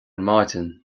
maidin